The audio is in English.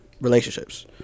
relationships